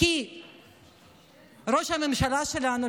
כי ראש הממשלה שלנו,